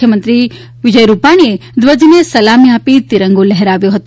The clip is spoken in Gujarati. મુખ્યમંત્રી વિજય રૂપાણીએ તિરંગાને સલામી આપી તિરંગો લહેરાવ્યો હતો